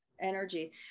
energy